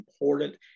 important